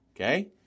Okay